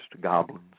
goblins